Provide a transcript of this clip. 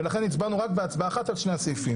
ולכן הצבענו רק בהצבעה אחת על שני הסעיפים.